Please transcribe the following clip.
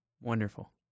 Wonderful